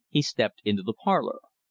he stepped into the parlor.